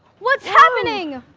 what's happening?